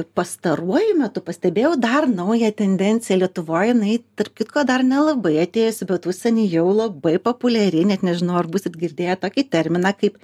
pastaruoju metu pastebėjau dar naują tendenciją lietuvoj jinai tarp kitko dar nelabai atėjus bet užsieny jau labai populiari net nežinau ar būsit girdėję tokį terminą kaip